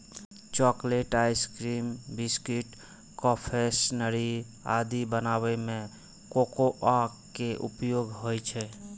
chocolate, ice cream, biscuit, confectionery आदि बनाबै मे कोकोआ के उपयोग होइ छै